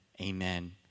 amen